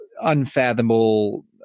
unfathomable